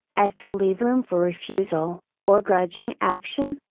as to leave room for refusal, or grudging action,